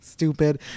stupid